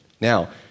Now